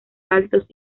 saltos